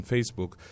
Facebook